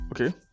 okay